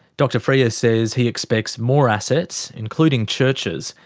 dr freier says he expects more assets, including churches,